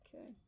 Okay